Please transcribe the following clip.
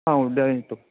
हा उद्या येतो